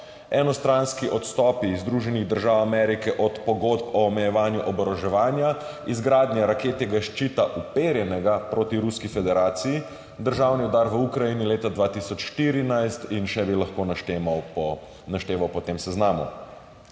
enostranski odstopi iz Združenih držav Amerike od pogodb o omejevanju oboroževanja, izgradnja raketnega ščita, uperjenega proti Ruski federaciji, državni udar v Ukrajini leta 2014 in še bi lahko našteval po tem seznamu.